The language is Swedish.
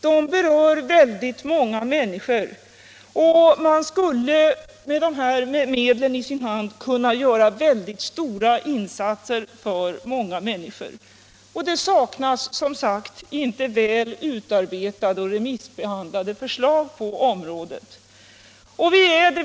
De berör väldigt många människor, och man skulle med de här medlen i sin hand kunna göra mycket stora insatser för många medborgare. Det saknas som sagt inte heller väl utarbetade och remissbehandlade förslag på området.